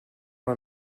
man